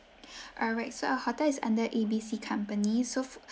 alright so our hotel is under a b c company so